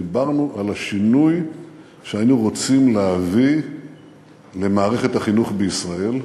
דיברנו על השינוי שהיינו רוצים להביא למערכת החינוך בישראל,